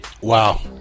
Wow